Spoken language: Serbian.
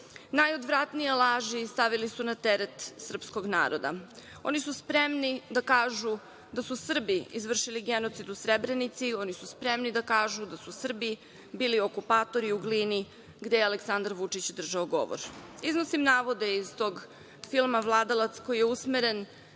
Najodvratnije laži stavili su na teret srpskog naroda. Oni su spremni da kažu da su Srbi izvršili genocid u Srebrenici. Oni su spremni da kažu da su Srbi bili okupatori u Glini, gde je Aleksandar Vučić držao govor. Iznosim navode iz tog filma „Vladalac“, koji je usmeren